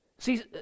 See